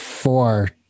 four